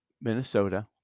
Minnesota